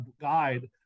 guide